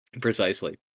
precisely